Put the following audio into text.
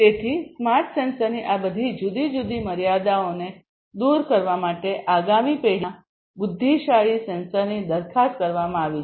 તેથી સ્માર્ટ સેન્સરની આ બધી જુદી જુદી મર્યાદાઓને દૂર કરવા માટે આગામી પેઢીના બુદ્ધિશાળી સેન્સરની દરખાસ્ત કરવામાં આવી છે